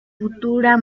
futura